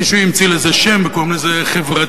מישהו המציא לזה שם וקוראים לזה "חברתי".